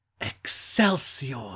excelsior